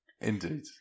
Indeed